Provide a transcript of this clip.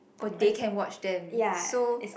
oh they can watch them so